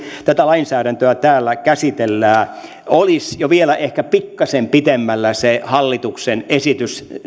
tätä lainsäädäntöä täällä käsitellään olisi jo vielä ehkä pikkasen pitemmällä se hallituksen esitys